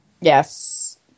Yes